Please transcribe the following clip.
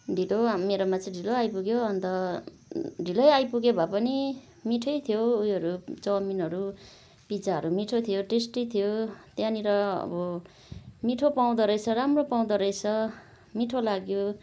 ढिलो मेरोमा चाहिँ ढिलो आइपुग्यो अन्त ढिलै आइपुगे भए पनि मिठै थियो उयोहरू चौमिनहरू पिज्जाहरू मिठो थियो टेस्टी थियो त्यहाँनिर अब मिठो पाउँदो रहेछ राम्रो पाउँदो रहेछ मिठो लाग्यो